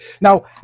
Now